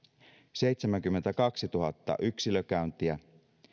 seitsemänkymmentäkaksituhatta yksilökäyntiä